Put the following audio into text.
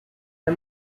der